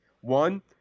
One